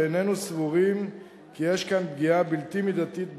ואיננו סבורים כי יש כאן פגיעה בלתי מידתית בעוסק.